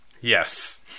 Yes